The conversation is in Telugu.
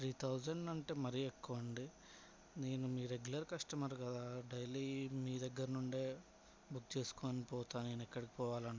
త్రీ థౌజండ్ అంటే మరీ ఎక్కువ అండి నేను మీ రెగ్యులర్ కస్టమర్ కదా డైలీ మీ దగ్గర నుండే బుక్ చేసుకుని పోతాను నేను ఎక్కడికి పోవాలన్నా